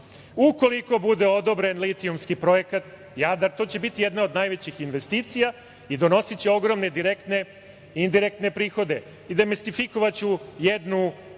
Ukoliko bude odobren litijumski projekat Jadar, to će biti jedna od najvećih investicija i donosiće ogromne direktne i indirektne prihode. Demistifikovaću jednu